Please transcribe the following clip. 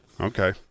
Okay